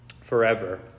forever